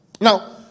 Now